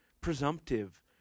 presumptive